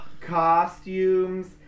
costumes